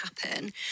happen